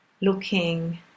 looking